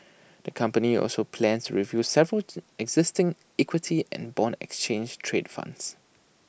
the company also plans to review several to existing equity and Bond exchange trade funds